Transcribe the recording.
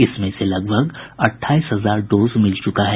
इसमें से लगभग अट्ठाईस हजार डोज मिल चुका है